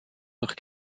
noch